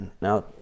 now